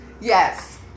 Yes